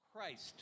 Christ